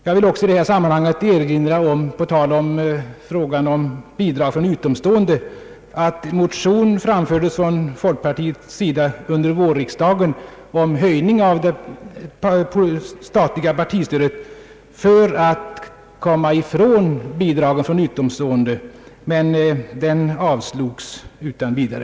Jag vill också på tal om bi drag från utomstående nämna, att en motion framlades från folkpartiets sida under vårriksdagen om höjning av det statliga partistödet. Motionens syfte var att vi skulle komma ifrån bidragen från utomstående, men den avslogs utan vidare.